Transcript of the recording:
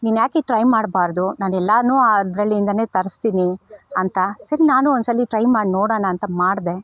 ನೀನುಯಾಕೆ try ಮಾಡಬಾರ್ದು ನಾನು ಎಲ್ಲಾ ಆ ಅದರಲ್ಲಿಂದಲೇ ತರಿಸ್ತೀನಿ ಅಂತ ಸರಿ ನಾನು ಒಂದ್ಸಲಿ ಟ್ರೈ ಮಾಡಿ ನೋಡೋಣ ಅಂತ ಮಾಡಿದೆ